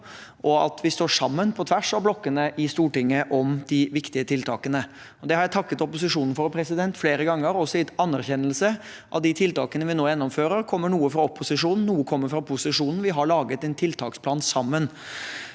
og at vi står sammen på tvers av blokkene i Stortinget om de viktige tiltakene. Det har jeg takket opposisjonen for flere ganger, og jeg har også gitt anerkjennelse for at av de tiltakene vi nå gjennomfører, kommer noe fra opposisjonen og noe fra posisjonen. Vi har laget en tiltaksplan sammen.